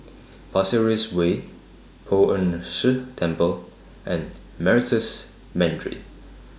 Pasir Ris Way Poh Ern Shih Temple and Meritus Mandarin